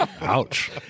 Ouch